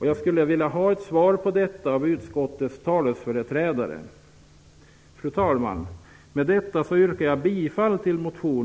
Jag skulle vilja ha ett svar av utskottsmajoritetens företrädare. Fru talman! Med detta yrkar jag bifall till motion